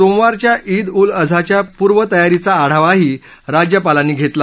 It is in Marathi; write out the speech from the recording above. सोमवारच्या ईद उल अझाच्या पूर्व तयारीचा आढावाही राज्यपालांनी घेतला